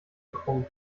krumm